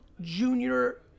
junior